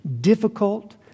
difficult